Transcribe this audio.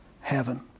heaven